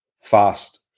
fast